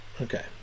Okay